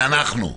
זה אנחנו,